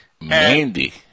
Mandy